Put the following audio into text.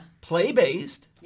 play-based